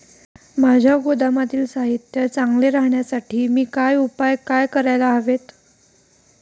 माझ्या गोदामातील साहित्य चांगले राहण्यासाठी मी काय उपाय काय करायला हवेत?